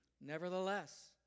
Nevertheless